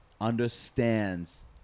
understands